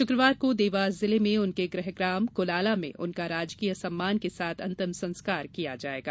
शुक्रवार को देवास जिले में उनके गृहग्राम कुलाला में उनका राजकीय सम्मान के साथ अंतिम संस्कार किया जायेगा